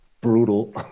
brutal